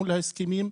מול ההסכמים,